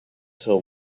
till